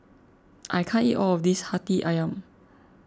I can't eat all of this Hati Ayam